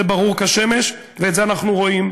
זה ברור כשמש, וגם את זה אנחנו רואים.